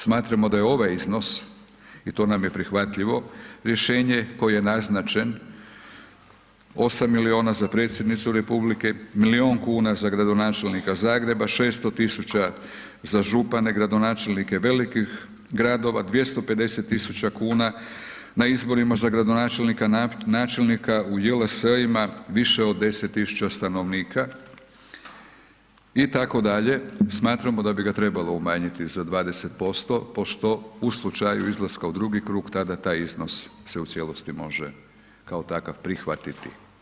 Smatramo da je ovaj iznos i to nam je prihvatljivo rješenje koji je naznačen 8 miliona za predsjednicu Republike, milion kuna za gradonačelnika Zagreba, 600.000 za župane, gradonačelnike velikih gradova, 250.000 kuna na izborima za gradonačelnika, načelnika u JLS-ima više od 10.000 stanovnika itd., smatramo da bi ga trebalo umanjiti za 20% pošto u slučaju izlaska u drugi krug tada taj iznos se u cijelosti može kao takav prihvatiti.